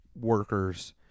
workers